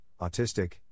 autistic